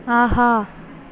ஆஹா